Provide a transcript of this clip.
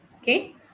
Okay